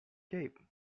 cape